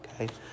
Okay